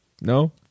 No